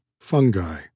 Fungi